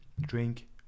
drink